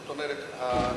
זאת אומרת,